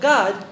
God